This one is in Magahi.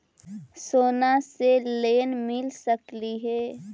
सोना से लोन मिल सकली हे?